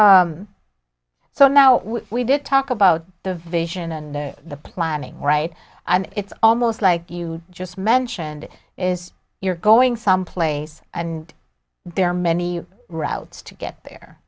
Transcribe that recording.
so now we did talk about the vision and the planning right and it's almost like you just mentioned is you're going someplace and there are many routes to get there